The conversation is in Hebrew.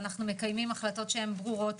ואנחנו מקיימים החלטות ברורות.